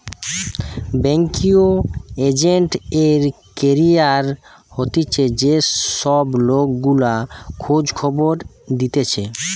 banking agent এর career হতিছে যে সব লোক গুলা খোঁজ খবর দিতেছে